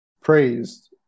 praised